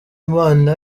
imana